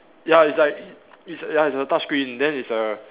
ya it's like it's ya it's a touch screen then it's a